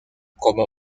como